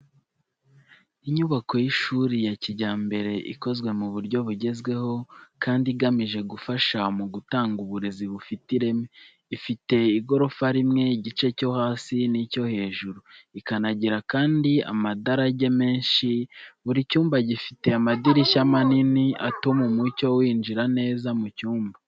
Inyubako y’ishuri ya kijyambere ikozwe mu buryo bugezweho kandi igamije gufasha mu gutanga uburezi bufite ireme. Ifite igorofa rimwe igice cyo hasi n’icyo hejuru ikanagira kandi amadarage menshi buri cyumba gifite amadirishya manini atuma umucyo winjira neza mu cyumba.